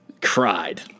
cried